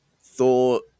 Thor